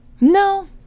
No